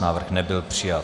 Návrh nebyl přijat.